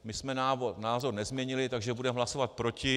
My jsme názor nezměnili, takže budeme hlasovat proti.